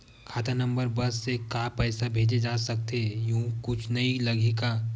खाता नंबर बस से का पईसा भेजे जा सकथे एयू कुछ नई लगही का?